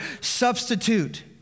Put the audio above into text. substitute